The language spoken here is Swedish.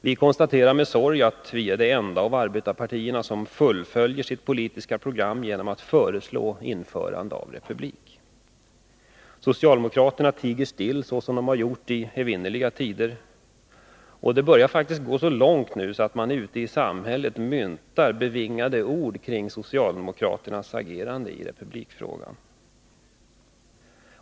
Vi konstaterar med sorg att vi är det enda av arbetarpartierna som fullföljer sitt politiska program genom att föreslå införande av republik. Socialdemokraterna tiger stilla så som de har gjort i evinnerliga tider. Det börjar nu faktiskt gå så långt att det ute i samhället myntas bevingade ord kring socialdemokraternas agerande i republikfrågan.